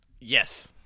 Yes